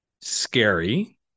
scary